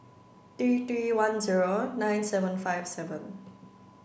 three three one zero nine seven five seven